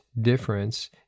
difference